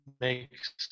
makes